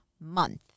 month